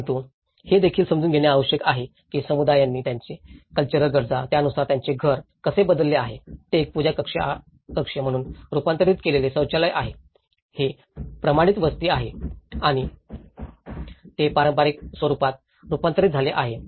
परंतु हे देखील समजून घेणे आवश्यक आहे की समुदायांनी त्यांचे कल्चरल गरजा त्यानुसार त्यांचे घर कसे बदलले आहे ते एक पूजा कक्ष म्हणून रूपांतरित केलेले शौचालय आहे हे प्रमाणित वस्ती आहे आणि ते पारंपारिक स्वरूपात रूपांतरित झाले आहे